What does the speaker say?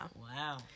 Wow